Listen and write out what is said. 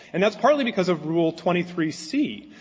and that's partly because of rule twenty three c,